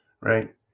Right